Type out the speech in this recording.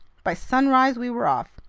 by sunrise we were off.